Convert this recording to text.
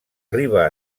riba